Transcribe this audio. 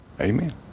amen